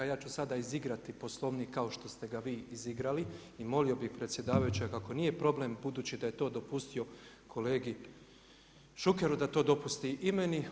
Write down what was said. Ja ću sada izigrati Poslovnik kao što ste ga vi izigrali i molimo bi predsjedavajućeg, ako nije problem, budući da je to dopustio kolegi Šukeru da to dopusti i meni.